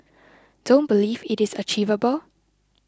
don't believe it is achievable